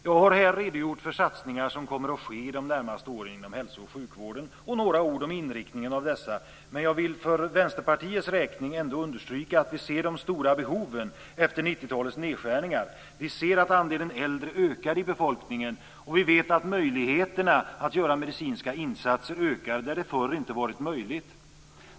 Jag har här redogjort för satsningar som kommer att ske de närmaste åren inom hälso och sjukvården och sagt några ord om inriktningen av dessa, men jag vill för Vänsterpartiets räkning ändå understryka att vi ser de stora behoven efter 90-talets nedskärningar. Vi ser att andelen äldre ökar i befolkningen, och vi vet att möjligheterna att göra medicinska insatser ökar där det förr inte varit möjligt.